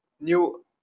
new